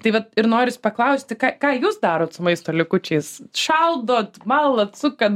tai vat ir norisi paklausti ką ką jūs darot su maisto likučiais šaldot malat sukat